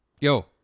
Yo